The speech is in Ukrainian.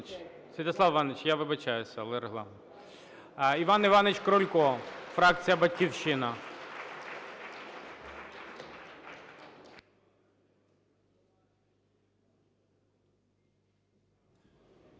Святослав Іванович, я вибачаюся, але регламент. Іван Іванович Крулько, фракція "Батьківщина".